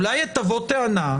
אולי תבוא טענה,